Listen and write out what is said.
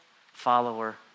follower